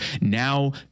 now